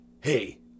Hey